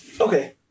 Okay